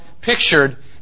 pictured